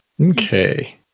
Okay